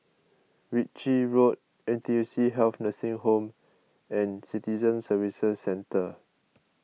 Ritchie Road N T U C Health Nursing Home and Citizen Services Centre